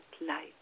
light